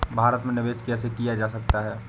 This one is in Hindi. भारत में निवेश कैसे किया जा सकता है?